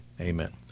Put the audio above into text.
amen